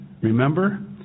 remember